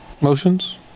Motions